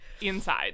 inside